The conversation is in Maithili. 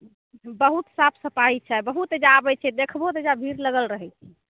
बहुत साफ सफाई छै बहुत एहिजा आबै छै देखबहो तऽ एहिजा भीर लागल रहै छै